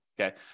Okay